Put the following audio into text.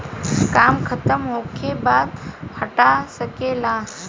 काम खतम होखे बाद हटा सके ला